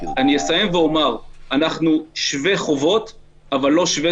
אני אסיים ואומר שאנחנו שווי חובות אבל לא שווי